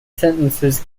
sentences